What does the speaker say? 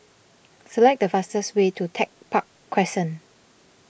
select the fastest way to Tech Park Crescent